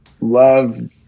love